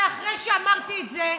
ואחרי שאמרתי את זה,